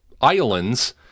islands